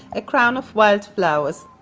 a crown of wildflowers